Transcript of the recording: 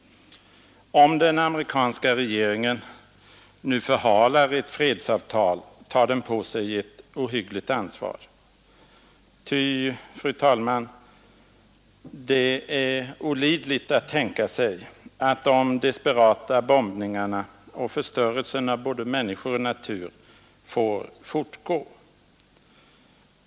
Om den amerikanska regeringen nu förhalar ett fredsavtal tar den på sig ett ohyggligt ansvar. Ty, fru talman, det är olidligt att tänka sig att de desperata bombningarna och förstörelsen av både människor och natur får fortgå.